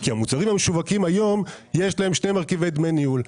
כי המוצרים המשווקים היום יש להם שני מרכיבי דמי ניהול: